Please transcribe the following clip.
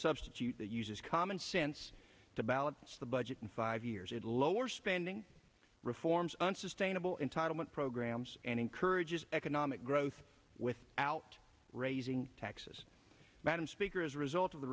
substitute that uses commonsense to balance the budget in five years and lower spending reforms unsustainable entitlement programs and encourage economic growth with out raising taxes madam speaker as a result of the